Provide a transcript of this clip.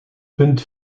punt